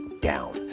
down